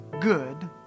good